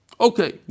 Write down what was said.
Okay